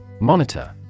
Monitor